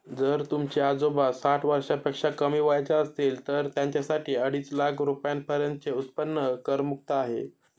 जर तुमचे आजोबा साठ वर्षापेक्षा कमी वयाचे असतील तर त्यांच्यासाठी अडीच लाख रुपयांपर्यंतचे उत्पन्न करमुक्त आहे